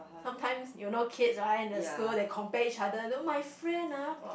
sometimes you know kids right in the school they compare each other you know my friend ah